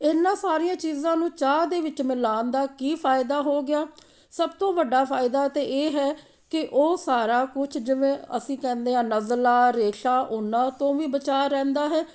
ਇਹਨਾਂ ਸਾਰੀਆਂ ਚੀਜ਼ਾਂ ਨੂੰ ਚਾਹ ਦੇ ਵਿੱਚ ਮਿਲਾਉਣ ਦਾ ਕੀ ਫਾਇਦਾ ਹੋ ਗਿਆ ਸਭ ਤੋਂ ਵੱਡਾ ਫਾਇਦਾ ਤਾਂ ਇਹ ਹੈ ਕਿ ਉਹ ਸਾਰਾ ਕੁਛ ਜਿਵੇਂ ਅਸੀਂ ਕਹਿੰਦੇ ਹਾਂ ਨਜ਼ਲਾ ਰੇਸ਼ਾ ਉਹਨਾਂ ਤੋਂ ਵੀ ਬਚਾਅ ਰਹਿੰਦਾ ਹੈ